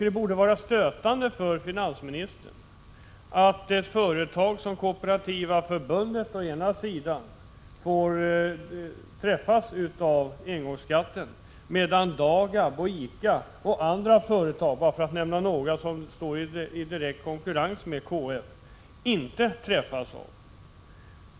Det borde vara stötande för finansministern att företag som Kooperativa förbundet träffas av engångsskatten, medan Dagab och ICA -— för att nämna ett par företag som står i direkt konkurrens med KF — inte träffas av den.